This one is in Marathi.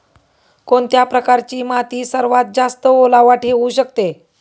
कोणत्या प्रकारची माती सर्वात जास्त ओलावा ठेवू शकते?